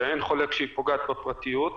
שאין חולק שהיא פוגעת בפרטיות,